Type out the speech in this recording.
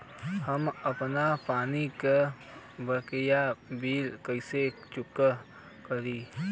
हम आपन पानी के बकाया बिल कईसे चेक करी?